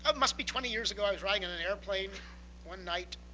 ah must be twenty years ago, i was riding in an airplane one night,